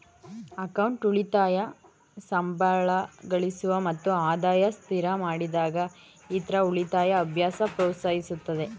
account ಉಳಿತಾಯ ಸಂಬಳಗಳಿಸುವ ಮತ್ತು ಆದಾಯ ಸ್ಥಿರಮಾಡಿದ ಇತ್ರ ಉಳಿತಾಯ ಅಭ್ಯಾಸ ಪ್ರೋತ್ಸಾಹಿಸುತ್ತೆ